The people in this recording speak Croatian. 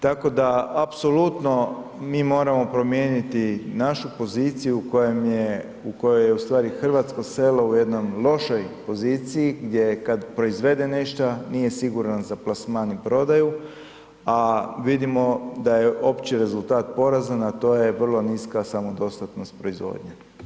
Tako da apsolutno mi moramo promijeniti našu poziciju u kojoj je u stvari hrvatsko selo u jednoj lošoj poziciji gdje kad proizvede nešta nije siguran za plasman i prodaju, a vidimo da je opći rezultat porazan, a to je vrlo niska samodostatnost proizvodnje.